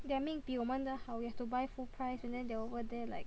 their 命比我们的好 we have to buy full price and then they over there like